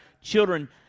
children